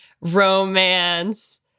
romance